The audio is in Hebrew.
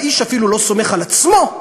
האיש אפילו לא סומך על עצמו,